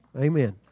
Amen